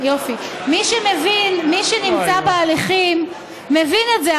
מי שנמצא בהליכים מבין את זה.